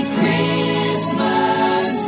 Christmas